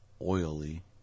Oily